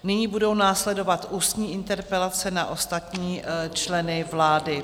Nyní budou následovat ústní interpelace na ostatní členy vlády.